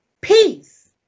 Peace